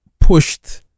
Pushed